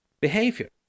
behavior